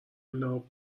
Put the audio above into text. لعاب